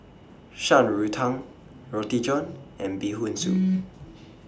Shan Rui Tang Roti John and Bee Hoon Soup